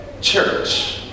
church